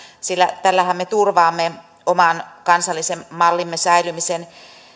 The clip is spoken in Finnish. sillä tällähän me turvaamme oman kansallisen mallimme säilymisen